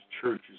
churches